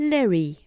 Larry